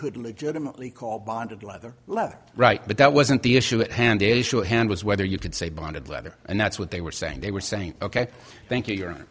could legitimately call bonded leather left or right but that wasn't the issue at hand a shorthand was whether you could say bonded leather and that's what they were saying they were saying ok thank you you're